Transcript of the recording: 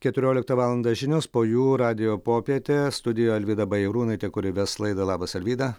keturioliktą valandą žinios po jų radijo popietė studijoje alvyda bajarūnaitė kuri ves laidą labas arvyda